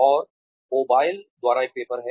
और ओबॉयल द्वारा एक पेपर है